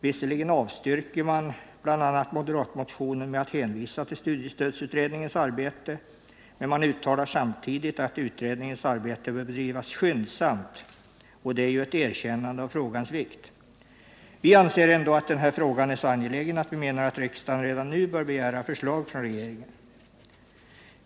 Visserligen avstyrker man bl.a. moderatmotionen med att hänvisa till studiestödsutredningens arbete, men man uttalar samtidigt att utredningens arbete bör bedrivas skyndsamt, och det är ju ett erkännande av frågans vikt. Vi anser ändå den här frågan så angelägen att vi menar att riksdagen redan nu bör begära förslag från regeringen.